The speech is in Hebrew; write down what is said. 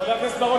חבר הכנסת בר-און,